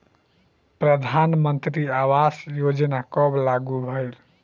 प्रधानमंत्री आवास योजना कब लागू भइल?